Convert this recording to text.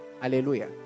Hallelujah